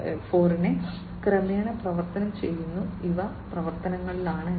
0 യെ ക്രമേണ പരിവർത്തനം ചെയ്യുന്നു ഇവ പ്രവർത്തനങ്ങളിലാണ്